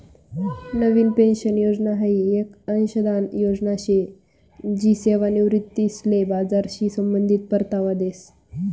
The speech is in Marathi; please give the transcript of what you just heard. नवीन पेन्शन योजना हाई येक अंशदान योजना शे जी सेवानिवृत्तीसले बजारशी संबंधित परतावा देस